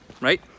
right